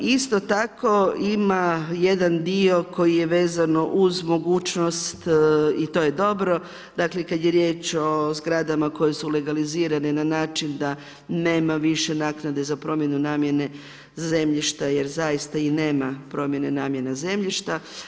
Isto tako ima jedan dio koji je vezano uz mogućnost i to je dobro, dakle kada je riječ o zgradama koje su legalizirane na način da nema više naknade za promjenu namjene zemljišta jer zaista i nema promjene namjena zemljišta.